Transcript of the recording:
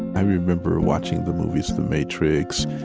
i remember watching the movies, the matrix,